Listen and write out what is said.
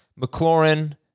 McLaurin